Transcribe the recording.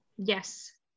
Yes